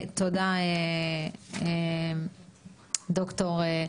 תודה, ד"ר דיקר.